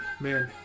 Man